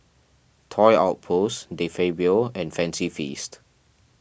Toy Outpost De Fabio and Fancy Feast